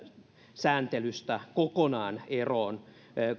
sääntelystä kokonaan eroon